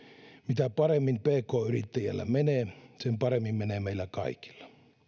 mitä paremmin pk yrittäjillä menee sitä paremmin menee meillä kaikilla